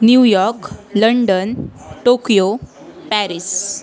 New York London Tokyo Paris